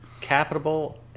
Capital